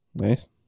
Nice